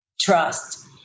Trust